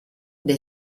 dei